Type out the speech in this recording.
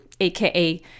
aka